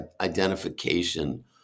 identification